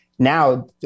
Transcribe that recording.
Now